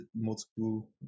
multiple